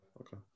Okay